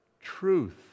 truth